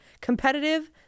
Competitive